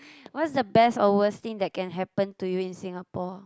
what's the best or worst thing that can happen to you in Singapore